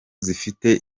zifite